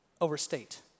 overstate